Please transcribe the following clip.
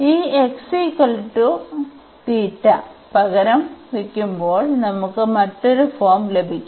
ഈ പകരം വയ്ക്കുമ്പോൾ നമുക്ക് മറ്റൊരു ഫോം ലഭിക്കും